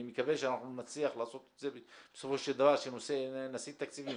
אני מקווה שאנחנו נצליח לעשות את זה בסופו של דבר שנסית תקציבים